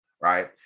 right